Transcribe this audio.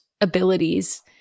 abilities